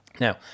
Now